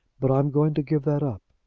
but i am going to give that up.